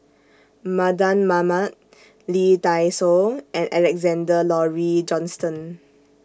Mardan Mamat Lee Dai Soh and Alexander Laurie Johnston